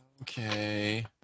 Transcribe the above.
Okay